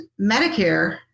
Medicare